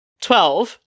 Twelve